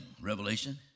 revelation